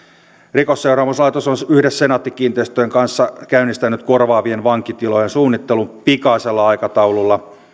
rikosseuraamuslaitos on yhdessä senaatti kiinteistöjen kanssa käynnistänyt korvaavien vankitilojen suunnittelun pikaisella aikataululla